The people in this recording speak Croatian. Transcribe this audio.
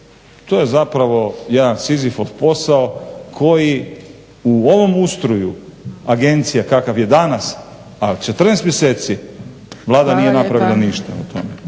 To je zapravo jedan sizifov posao koji u ovom ustroju agencija kakav je danas a 14 mjeseci Vlada nije napravila ništa u tome.